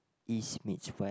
East meets West